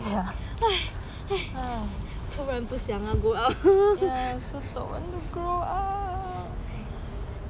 !hais! 突然不想 grow up